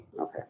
Okay